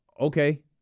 Okay